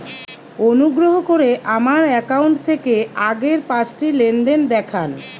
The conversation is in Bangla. অনুগ্রহ করে আমার অ্যাকাউন্ট থেকে আগের পাঁচটি লেনদেন দেখান